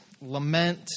Lament